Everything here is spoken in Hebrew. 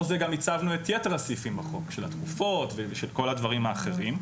זה גם הצבנו את יתר הסעיפים בחוק של התרופות ושל כל הדברים האחרים.